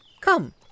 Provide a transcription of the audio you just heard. Come